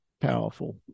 powerful